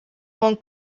hong